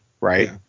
right